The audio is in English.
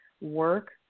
work